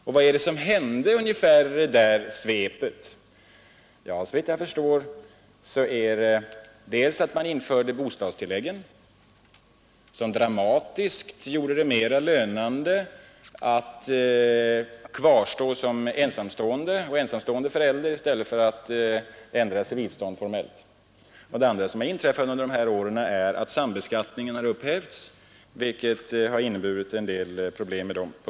Vad var det som hände i det svepet? Jo, man införde bostadstilläggen, som dramatiskt gjorde det mer lönande att kvarstå som ensamstående förälder i stället för att formellt ändra civilstånd. Under dessa år har också det inträffat att sambeskattningen har upphävts, vilket inneburit en del problem.